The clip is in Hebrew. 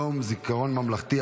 יום זיכרון ממלכתי),